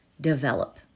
develop